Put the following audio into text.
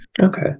Okay